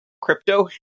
crypto